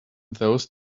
those